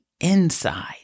inside